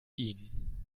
ihn